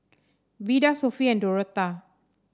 Vida Sophie and Dorotha